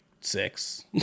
six